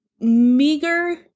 meager